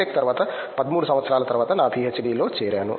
tech తర్వాత 13 సంవత్సరాల తరువాత నా పిహెచ్డిలో చేరాను